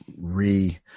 re –